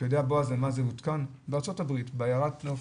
אתה יודע, בועז, למה זה הותקן?